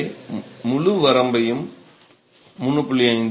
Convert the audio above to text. எனவே இந்த முழு வரம்பையும் 3